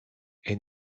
est